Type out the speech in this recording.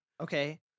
Okay